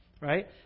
right